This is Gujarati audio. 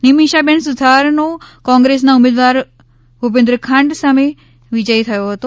નિમિષાબેન સુથારનો કોંગ્રેસના ઉમેદવાર ભુપેન્દ્ર ખાંટ સામે વિજય થયો હતો